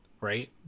right